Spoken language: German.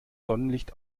sonnenlicht